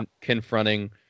confronting